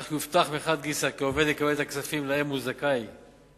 כך יובטח מחד גיסא כי העובד יקבל את הכספים שלהם הוא זכאי בדין,